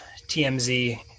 TMZ